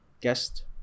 guest